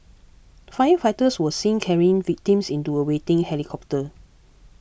firefighters were seen carrying victims into a waiting helicopter